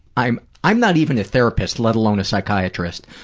i'm i'm not even a therapist, let alone a psychiatrist.